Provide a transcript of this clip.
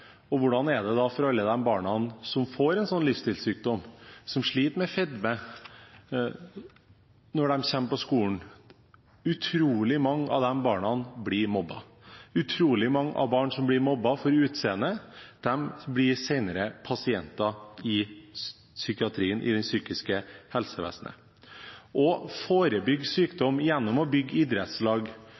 og hvordan er det da for alle de barna som får en slik livsstilssykdom, som sliter med fedme, når de kommer på skolen? Utrolig mange av disse barna blir mobbet. Utrolig mange av de barna som blir mobbet for utseendet, blir senere pasienter i psykiatrien, i det psykiske helsevesenet. Å forebygge sykdom gjennom å bygge idrettslag,